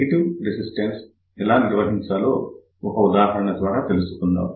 negative resistance ఎలా నిర్వహించాలో ఒక ఉదాహరణ ద్వారా తెలుసుకుందాం